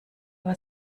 war